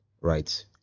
Right